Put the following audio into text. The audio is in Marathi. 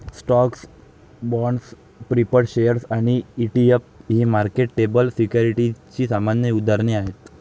स्टॉक्स, बाँड्स, प्रीफर्ड शेअर्स आणि ई.टी.एफ ही मार्केटेबल सिक्युरिटीजची सामान्य उदाहरणे आहेत